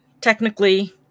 technically